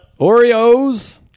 Oreos